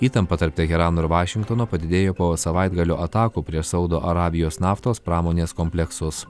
įtampa tarp teherano ir vašingtono padidėjo po savaitgalio atakų prieš saudo arabijos naftos pramonės kompleksus